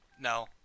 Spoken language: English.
No